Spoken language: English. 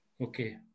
Okay